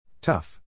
Tough